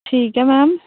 ठीक ऐ मैम